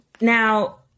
Now